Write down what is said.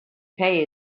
pay